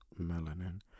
melanin